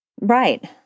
Right